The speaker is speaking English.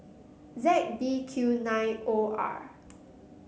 Z B Q nine O R